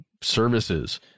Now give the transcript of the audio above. services